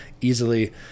easily